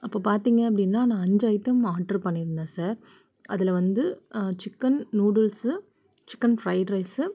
அப்போது பார்த்தீங்க அப்படின்னா நான் அஞ்சு ஐட்டம் ஆர்டர் பண்ணியிருந்தேன் சார் அதில் வந்து chicken noodles chicken fried rice